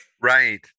right